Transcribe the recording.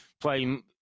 playing